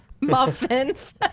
Muffins